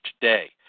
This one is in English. today